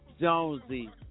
Jonesy